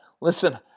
listen